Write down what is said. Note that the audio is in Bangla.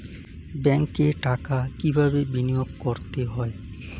ব্যাংকে টাকা কিভাবে বিনোয়োগ করতে হয়?